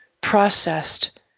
processed